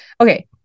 Okay